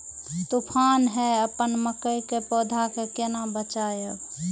तुफान है अपन मकई के पौधा के केना बचायब?